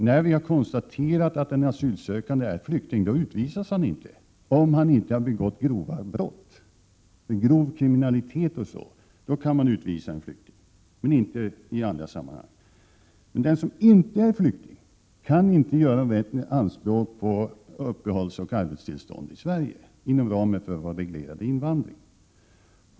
När vi konstaterat att en asylsökande är flykting utvisas han inte, om han inte har begått grova brott. En flykting kan utvisas i samband med grov kriminalitet, men inte i andra sammanhang. Den som inte är flykting kan inte göra anspråk på uppehållsoch arbetstillstånd i Sverige inom ramen för reglerad invandring.